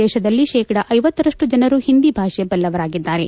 ದೇಶದಲ್ಲ ಶೇಕಡಾ ರಂರಷ್ಟು ಜನರು ಹಿಂದಿ ಭಾಷೆ ಬಲ್ಲವರಾಗಿದ್ದಾರೆ